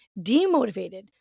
demotivated